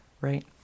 right